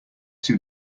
too